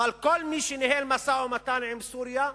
וכל מי שניהל משא-ומתן עם סוריה,